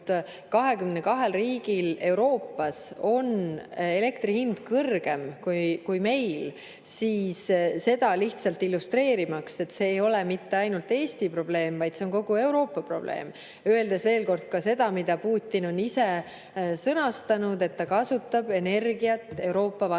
22 riigil Euroopas on elektri hind kõrgem kui meil, tõin lihtsalt illustreerimaks, et see ei ole mitte ainult Eesti probleem, vaid see on kogu Euroopa probleem. Ja ütlesin veel kord ka seda, mida Putin ise on [tunnistanud], et ta kasutab energiat Euroopa vastu